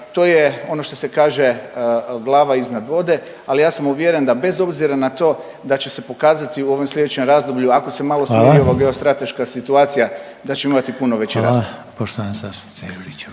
To je ono što se kaže glava iznad vode, ali ja sam uvjeren da bez obzira na to da će se pokazati u ovom slijedećem razdoblju ako se malo smiri…/Upadica Reiner: Hvala/… ova geostrateška situacija da ćemo imati puno veći rast. **Reiner, Željko